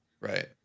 Right